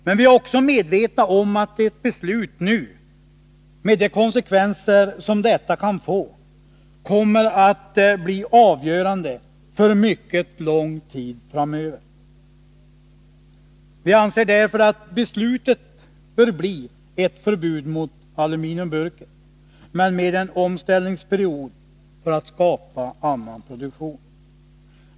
Men vi är också medvetna om att ett beslut nu, med de konsekvenser som detta kan få, kommer att blir avgörande för mycket lång tid framöver. Vi anser därför att beslutet bör bli ett förbud mot aluminiumburken men med en omställningsperiod för att skapa annan produktion.